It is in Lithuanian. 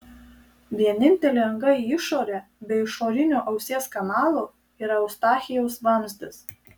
vienintelė anga į išorę be išorinio ausies kanalo yra eustachijaus vamzdis